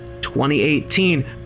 2018